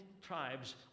tribes